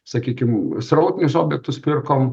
sakykim srautinius objektus pirkom